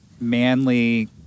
manly